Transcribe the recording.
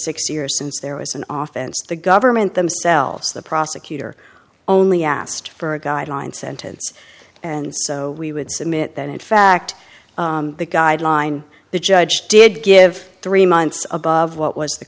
six years since there was an off and the government themselves the prosecutor only asked for a guideline sentence and so we would submit that in fact the guideline the judge did give three months above what was the